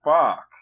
fuck